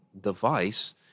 device